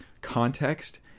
context